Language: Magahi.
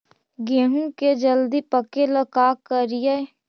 गेहूं के जल्दी पके ल का करियै?